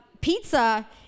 pizza